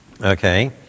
Okay